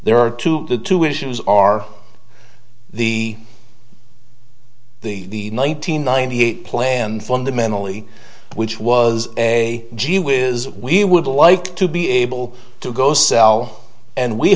there are to the two issues are the the one nine hundred ninety eight plan fundamentally which was a gee whiz we would like to be able to go sell and we